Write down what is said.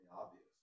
obvious